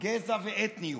גזע ואתניות.